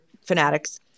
fanatics